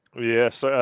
Yes